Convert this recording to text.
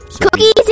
Cookies